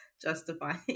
justify